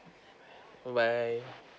bye bye